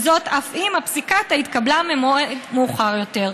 וזאת אף אם הפסיקתא התקבלה במועד מאוחר יותר.